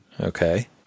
Okay